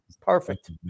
Perfect